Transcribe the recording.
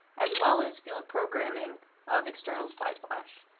as well as field programming of external spi flash.